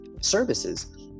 services